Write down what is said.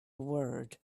word